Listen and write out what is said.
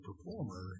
performer